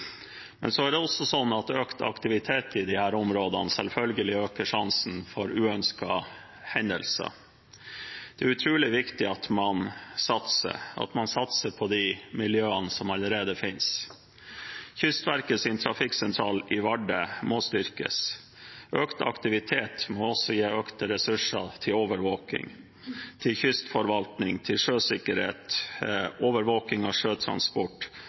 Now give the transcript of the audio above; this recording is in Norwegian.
Økt aktivitet i disse områdene øker selvfølgelig sjansene for uønskede hendelser. Det er utrolig viktig at man satser på de miljøene som allerede finnes. Kystverkets trafikksentral i Vardø må styrkes. Økt aktivitet må også gi økte ressurser til overvåkning, til kystforvaltning, til sjøsikkerhet, til overvåkning av sjøtransport